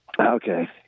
Okay